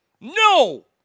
No